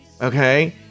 Okay